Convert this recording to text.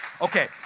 Okay